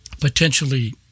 potentially